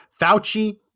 Fauci